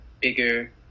bigger